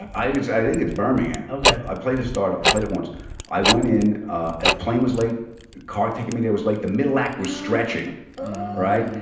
i guess i think birmingham. ok i played a startup i played it once i went in a plane was late car taking me there was like the middle back was stretching right.